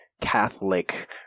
Catholic